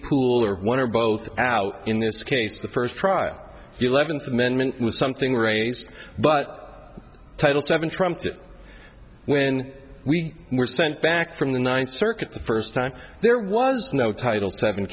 pool or one or both out in this case the first trial eleventh amendment was something raised but title seven trumped when we were sent back from the ninth circuit the first time there was no title